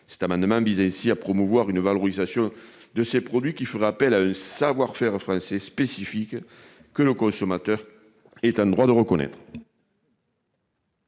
Cet amendement vise ainsi à promouvoir une valorisation de ces produits qui feraient appel à un savoir-faire français spécifique, que le consommateur est en droit de reconnaître.